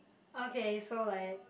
okay so like